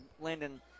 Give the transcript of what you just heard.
Landon